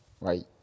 Right